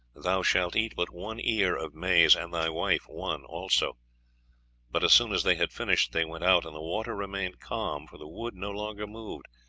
thou shalt eat but one ear of maize, and thy wife one also but as soon as they had finished they went out, and the water remained calm, for the wood no longer moved,